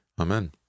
Amen